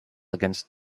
against